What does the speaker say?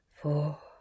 Four